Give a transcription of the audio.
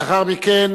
לאחר מכן